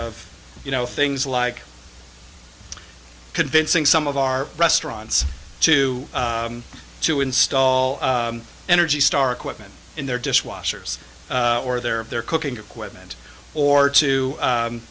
of you know things like convincing some of our restaurants to to install energy star equipment in their dishwashers or their of their cooking equipment or to